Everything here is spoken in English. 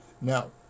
Now